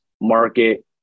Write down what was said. market